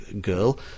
girl